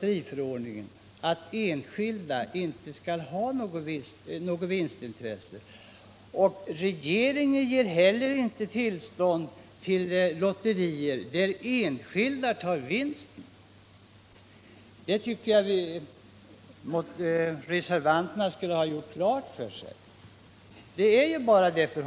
Det innebär att enskilda personer inte skall kunna ha något vinstintresse. Regeringen ger inte heller tillstånd till lotterier där enskilda personer tar hem vinsten. Detta tycker jag att reservanterna borde ha gjort klart för sig.